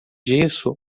disso